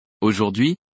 Aujourd'hui